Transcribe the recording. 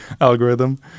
algorithm